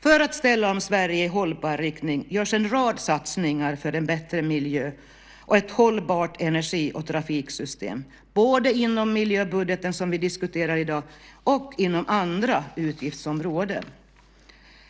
För att ställa om Sverige i hållbar riktning görs en rad satsningar för en bättre miljö och ett hållbart energi och trafiksystem, både inom miljöbudgeten, som vi diskuterar i dag, och inom andra utgiftsområden.